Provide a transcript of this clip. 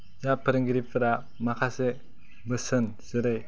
जा फोरोंगिरिफोरा माखासे बोसोन जेरै